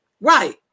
Right